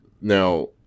Now